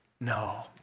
No